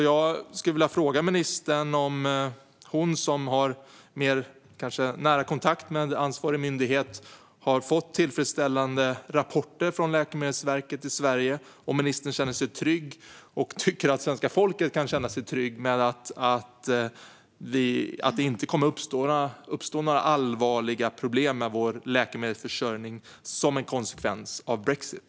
Jag skulle vilja fråga ministern om hon, som kanske har närmare kontakt med ansvarig myndighet, har fått tillfredsställande rapporter från Läkemedelsverket i Sverige och om hon känner sig trygg med och tycker att svenska folket kan känna sig tryggt med att det inte kommer att uppstå några allvarliga problem med vår läkemedelsförsörjning som en konsekvens av brexit.